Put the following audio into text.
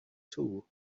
too